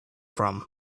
from